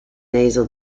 nasal